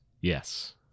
Yes